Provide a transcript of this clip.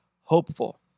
hopeful